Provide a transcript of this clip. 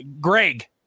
Greg